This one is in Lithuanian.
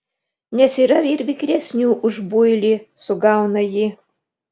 nes yra ir vikresnių už builį sugauna ji